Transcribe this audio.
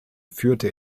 führte